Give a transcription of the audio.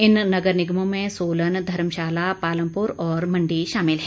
इन नगर निगमों में सोलन धर्मशाला पालमपुर और मंडी शामिल है